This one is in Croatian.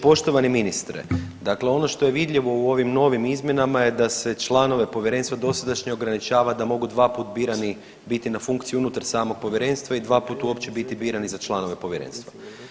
Poštovani ministre, dakle ono što je vidljivo u ovim novim izmjenama je da se članove povjerenstva dosadašnje ograničava da mogu dva put birani biti na funkciji unutar samog povjerenstva i dva put uopće biti birani za članove povjerenstva.